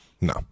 No